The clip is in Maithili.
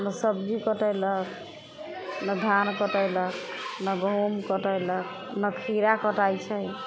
नहि सब्जी कटैलक नहि धान कटैलक नहि गहूम कटैलक नहि खीरा कटाइ छै